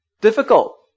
Difficult